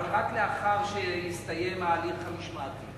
אבל רק לאחר שיסתיים ההליך המשמעתי.